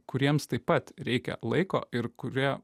kuriems taip pat reikia laiko ir kurie